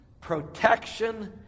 protection